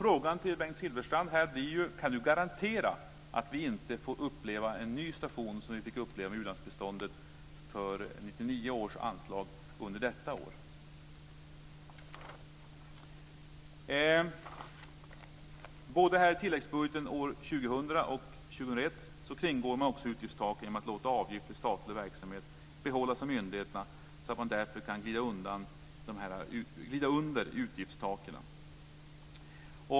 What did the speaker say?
Frågan till Bengt Silfverstrand blir ju om han kan garantera att vi inte under detta år på nytt får uppleva den situation som vi fick uppleva när det gäller 1999 I tilläggsbudgeten för både 2000 och 2001 kringgår man utgiftstaken genom att låta avgifter till statlig verksamhet behållas av myndigheterna. Därför kan man glida under utgiftstaken.